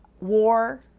war